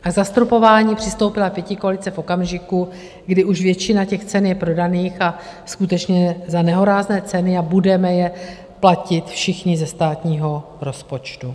K zastropování přistoupila pětikoalice v okamžiku, kdy už většina těch cen je prodaných a skutečně za nehorázné ceny, a budeme je platit všichni ze státního rozpočtu.